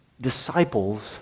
disciples